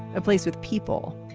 a place with people.